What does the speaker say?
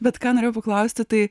bet ką norėjau paklausti tai